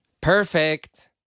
Perfect